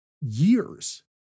Years